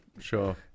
sure